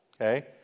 okay